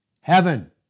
Heaven